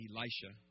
Elisha